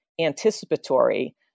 anticipatory